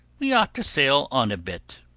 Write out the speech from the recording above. we ought to sail on a bit.